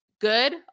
Good